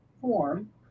form